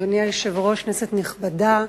אדוני היושב-ראש, כנסת נכבדה,